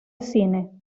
cine